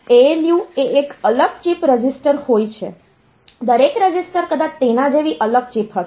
તેથી ALU એ એક અલગ ચિપ રજિસ્ટર હોય છે દરેક રજિસ્ટર કદાચ તેના જેવી અલગ ચિપ હશે